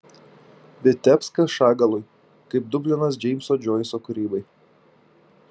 vitebskas šagalui kaip dublinas džeimso džoiso kūrybai